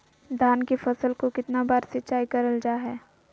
धान की फ़सल को कितना बार सिंचाई करल जा हाय?